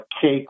cake